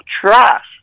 trash